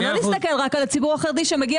את הציבור החרדי במדינת ישראל שאפשר לא לתת לו